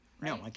No